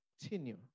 continue